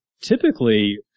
typically